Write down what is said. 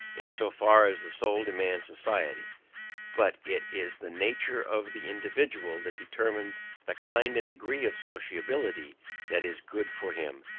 in so far as the soul demands society but it is the nature of the individual that determines the kind and degree of sociability that is good for him,